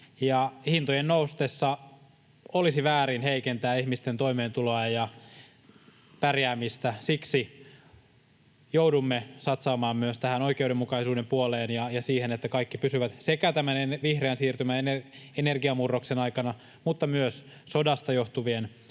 Hintojen noustessa olisi väärin heikentää ihmisten toimeentuloa ja pärjäämistä. Siksi joudumme satsaamaan myös tähän oikeudenmukaisuuden puoleen ja siihen, että kaikki pysyvät sekä tämän vihreän siirtymän ja energiamurroksen aikana mutta myös sodasta johtuvan